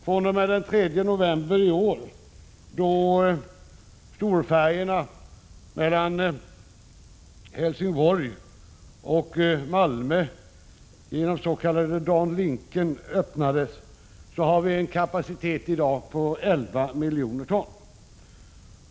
fr.o.m. den 3 november i år, då storfärjorna mellan Helsingborg och Köpenhamni den s.k. DanLink öppnades, har vi en kapacitet på 11 miljoner ton.